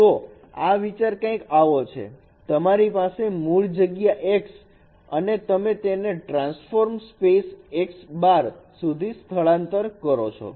તો આ વિચાર કંઇક આવો છે તમારી પાસે મૂળ જગ્યા x અને તમે તેને ટ્રાન્સફોર્મેશન સ્પેસ x' સુધી સ્થળાંતર કરો છો